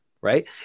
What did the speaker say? right